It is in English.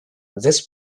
this